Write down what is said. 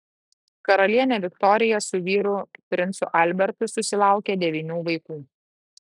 karalienė viktorija su vyru princu albertu susilaukė devynių vaikų